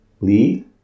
lead